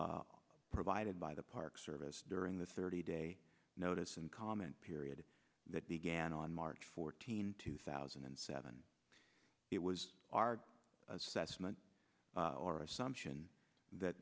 provided by the park service during the thirty day notice and comment period that began on march fourteenth two thousand and seven it was our assessment or assumption that